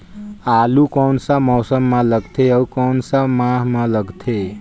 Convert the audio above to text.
आलू कोन सा मौसम मां लगथे अउ कोन सा माह मां लगथे?